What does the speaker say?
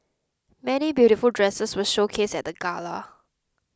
many beautiful dresses were showcased at the Gala